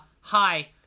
hi